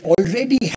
already